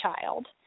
child